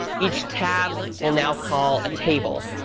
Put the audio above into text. each tab we'll now call a table,